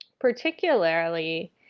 Particularly